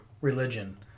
religion